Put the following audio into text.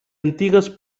antigues